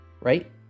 right